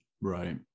Right